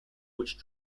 which